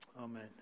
Amen